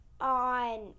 on